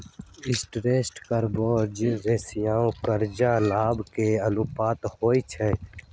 interest coverage ratio करजा आऽ लाभ के अनुपात होइ छइ